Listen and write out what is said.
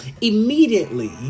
Immediately